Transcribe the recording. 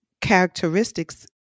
characteristics